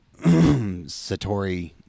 satori